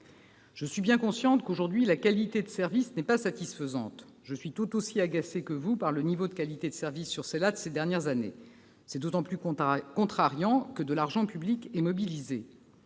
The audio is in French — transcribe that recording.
Je suis bien consciente que, aujourd'hui, la qualité de service n'est pas satisfaisante. Je suis tout aussi agacée que vous par le niveau de qualité de service sur ces liaisons ces dernières années. Cette situation est d'autant plus contrariante que de l'argent public est mobilisé.